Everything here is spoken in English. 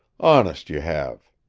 honest, you have.